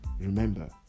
remember